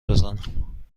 بزنم